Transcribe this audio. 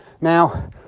Now